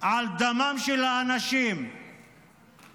על דמם של האנשים שנשפך